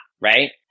Right